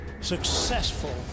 successful